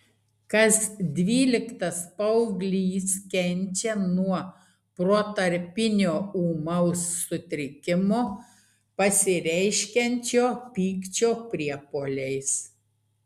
kas dvyliktas paauglys kenčia nuo protarpinio ūmaus sutrikimo pasireiškiančio pykčio priepuoliais